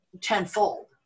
tenfold